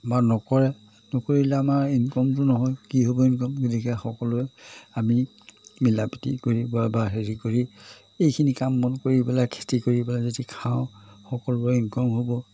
বা নকৰে নকৰিলে আমাৰ ইনকমটো নহয় কি হ'ব ইনকম গতিকে সকলোৱে আমি মিলা প্ৰীতি কৰি বা হেৰি কৰি এইখিনি কাম বন কৰি পেলাই খেতি কৰি পেলাই যদি খাওঁ সকলোবোৰ ইনকম হ'ব